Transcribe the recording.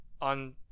on